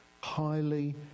highly